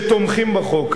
שתומכים בו.